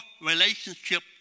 relationship